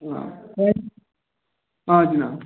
آ آ جِناب